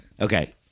Okay